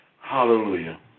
Hallelujah